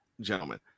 gentlemen